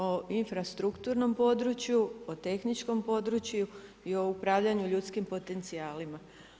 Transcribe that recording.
O infrastrukturnom području, o tehničkom području i o upravljanju ljudskim potencijalima.